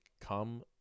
come